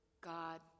God